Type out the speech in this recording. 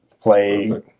play